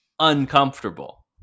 uncomfortable